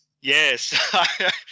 yes